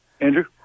Andrew